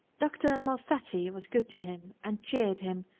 dr. malfatti was good to him and cheered him,